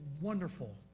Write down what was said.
wonderful